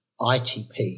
ITP